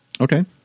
okay